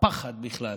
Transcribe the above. הפחד בכלל